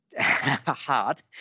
hard